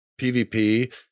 PvP